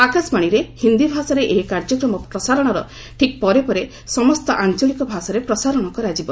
ଆକାଶବାଣୀରେ ହିନ୍ଦୀ ଭାଷାରେ ଏହି କାର୍ଯ୍ୟକ୍ରମ ପ୍ରସାରଣର ଠିକ୍ ପରେ ପରେ ସମସ୍ତ ଆଞ୍ଚଳିକ ଭାଷାରେ ପ୍ରସାରଣ କରାଯିବ